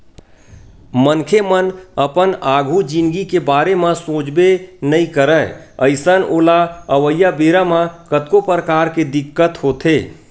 मनखे मन अपन आघु जिनगी के बारे म सोचबे नइ करय अइसन ओला अवइया बेरा म कतको परकार के दिक्कत होथे